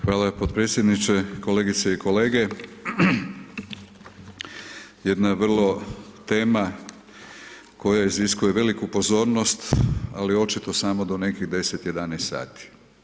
Hvala podpredsjedniče, kolegice i kolege jedna vrlo tema koja iziskuje veliku pozornost, ali očito samo do nekih 10, 11 sati.